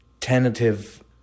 tentative